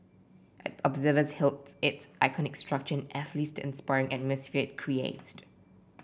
observers hailed its iconic structure and athletes the inspiring atmosphere it creates